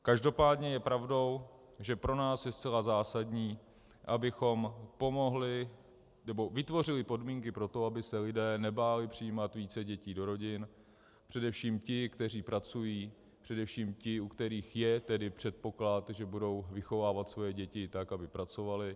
Každopádně je pravdou, že pro nás je zcela zásadní, abychom vytvořili podmínky pro to, aby se lidé nebáli přijímat více dětí do rodin, především ti, kteří pracují, především ti, u kterých je tedy předpoklad, že budou vychovávat svoje děti tak, aby pracovaly.